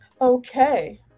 Okay